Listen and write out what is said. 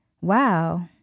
Wow